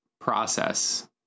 process